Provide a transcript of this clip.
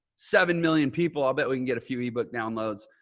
seven million people. i'll bet we can get a few ebook downloads,